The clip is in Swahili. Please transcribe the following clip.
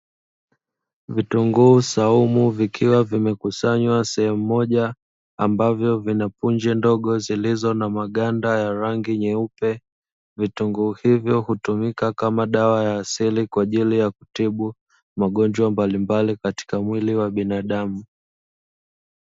Vitunguu saumu vikiwa vimekusanywa sehemu moja ambavyo vinapunje ndogo vilivyo na maganda ya rangi nyeupe, vitunguu hivyo hutumika kama dawa ya asili kwa ajili ya kutibu magonjwa mbalimbali katika mwili wa binadamu.